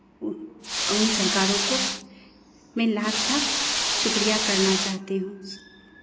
उन उन सरकारों को मैं लाख लाख शुक्रिया करना चाहती हूँ